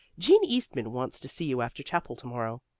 jean eastman wants to see you after chapel to-morrow.